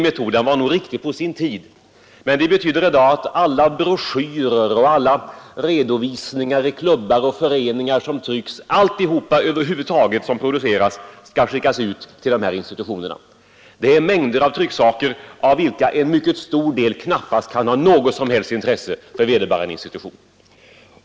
Metoden var nog riktig på sin tid, men den betyder i dag att alla broschyrer, alla redovisningar i klubbar och föreningar, allt som över huvud taget trycks skall skickas till dessa institutioner. Det innebär mängder av trycksaker av vilka en mycket stor del knappast kan ha något som helst intresse för vederbörande institution.